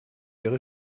ihre